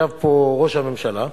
ישב פה ראש הממשלה,